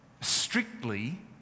strictly